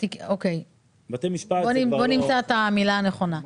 אוקיי, בוא נמצא את המילה הנכונה.